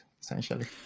essentially